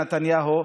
מנתניהו,